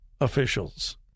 officials